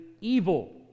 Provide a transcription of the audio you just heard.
evil